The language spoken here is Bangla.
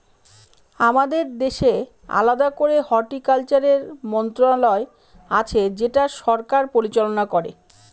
আমাদের দেশে আলাদা করে হর্টিকালচারের মন্ত্রণালয় আছে যেটা সরকার পরিচালনা করে